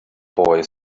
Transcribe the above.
boy